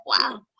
wow